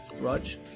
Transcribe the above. Raj